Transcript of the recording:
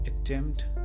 attempt